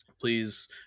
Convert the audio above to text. Please